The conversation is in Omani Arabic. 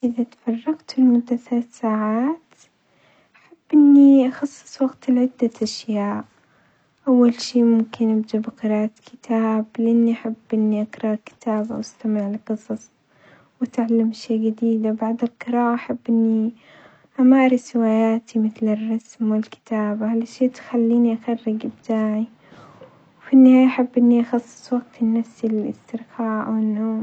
إذا تفرغت لمدة ثلاث ساعات أحب إني أخصص وقت لعدة أشياء، أول شي ممكن أبدأ بقراءة كتاب لأني أحب إني أقرأ كتاب أو أستمع لقصص وأتعلم أشياء جديدة، بعد القراءة أحب إني أمارس هواياتي مثل الرسم والكتابة هالشي تخليني أخرج إبداعي، وفي النهاية أحب أخصص وقت لنفسي للإسترخاء والنوم.